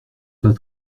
pas